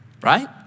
right